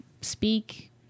speak